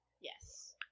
Yes